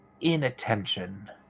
inattention